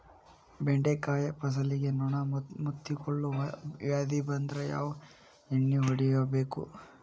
ಬೆಂಡೆಕಾಯ ಫಸಲಿಗೆ ನೊಣ ಮುತ್ತಿಕೊಳ್ಳುವ ವ್ಯಾಧಿ ಬಂದ್ರ ಯಾವ ಎಣ್ಣಿ ಹೊಡಿಯಬೇಕು?